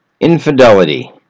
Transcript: Infidelity